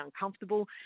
uncomfortable